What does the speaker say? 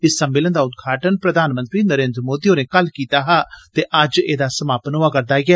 इस सम्मेलन दा उदघाटन प्रधानमंत्री नरेन्द्र मोदी होरें कल कीता हा ते अज्ज एदा समापन होआ रदा ऐ